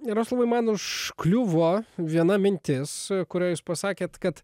jaroslavai man užkliuvo viena mintis kurią jūs pasakėt kad